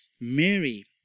Mary